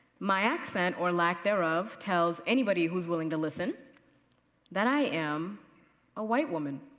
my accents, or lack thereof, tells anybody who is willing to listen that i am a white woman.